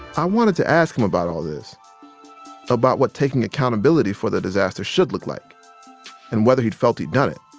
i wanted to ask him about all of this about what taking accountability for the disaster should look like and whether he felt he'd done it.